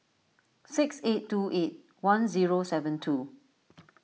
six eight two eight one zero seven two